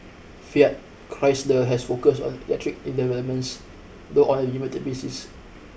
Fiat Chrysler has focused on electric developments though on a limited basis